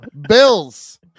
Bills